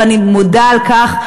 ואני מודה לכם על כך.